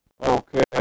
Okay